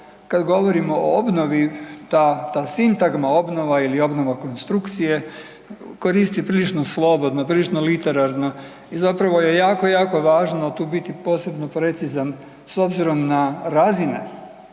kad govorimo o obnovi, ta sintagma obnova ili obnova konstrukcije koristi prilično slobodno, prilično literarno i zapravo je jako, jako važno tu biti posebno precizan s obzirom na razine